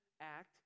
act